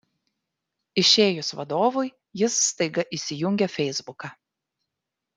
išėjus vadovui jis staiga įsijungia feisbuką